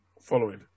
following